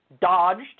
Dodged